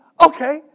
okay